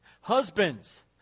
Husbands